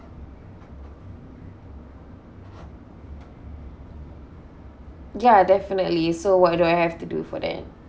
ya definitely so what do I have to do for that